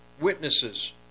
witnesses